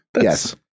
Yes